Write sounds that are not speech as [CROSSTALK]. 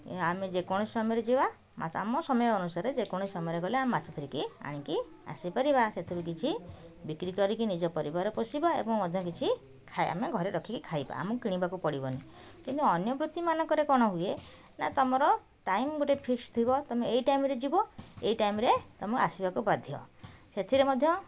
ଏ ଆମେ ଯେକୌଣସି ସମୟରେ ଯିବା [UNINTELLIGIBLE] ଆମ ସମୟ ଅନୁସାରେ ଯେକୌଣସି ସମୟରେ ଗଲେ ଆମେ ମାଛ ଧରିକି ଆଣିକି ଆସିପାରିବା ସେଥିରୁ କିଛି ବିକ୍ରି କରିକି ନିଜ ପରିବାର ପୋଷିବା ଏବଂ ମଧ୍ୟ କିଛି ଖାଇ ଆମେ ଘରେ ରଖିକି ଖାଇବା ଆମକୁ କିଣିବାକୁ ପଡ଼ିବନି କିନ୍ତୁ ଅନ୍ୟ ବୃତ୍ତିମାନଙ୍କରେ କ'ଣ ହୁଏ ନା ତୁମର ଟାଇମ୍ ଗୋଟେ ଫିକ୍ସ ଥିବ ତୁମେ ଏଇ ଟାଇମ୍ରେ ଯିବ ଏଇ ଟାଇମ୍ରେ ତୁମେ ଆସିବାକୁ ବାଧ୍ୟ ସେଥିରେ ମଧ୍ୟ